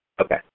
Okay